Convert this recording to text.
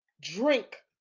drink